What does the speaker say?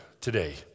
today